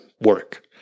work